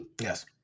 Yes